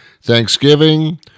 Thanksgiving